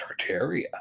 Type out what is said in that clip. Tartaria